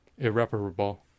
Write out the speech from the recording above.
Irreparable